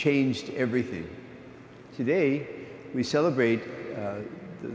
changed everything today we celebrate